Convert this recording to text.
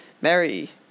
Mary